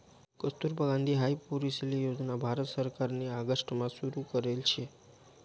कस्तुरबा गांधी हाई पोरीसले योजना भारत सरकारनी ऑगस्ट मा सुरु करेल शे